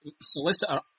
solicitor